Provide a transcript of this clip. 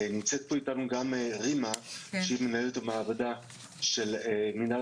נמצאת פה איתנו גם רימה שהיא מנהלת המעבדה של מינהל